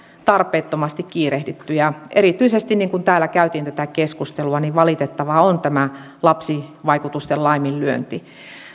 tarpeettomasti kiirehditty ja erityisesti niin kuin täällä käytiin tätä keskustelua valitettavaa on tämä lapsivaikutusten laiminlyönti